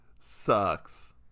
sucks